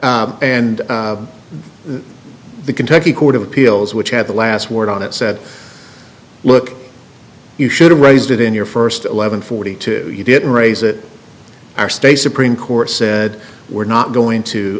so and the kentucky court of appeals which had the last word on it said look you should have raised it in your first eleven forty two you didn't raise it our state supreme court said we're not going to